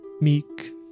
meek